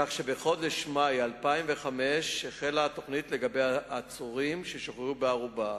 כך שבחודש מאי 2005 החלה הפעלתה לגבי עצורים ששוחררו בערובה,